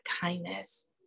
kindness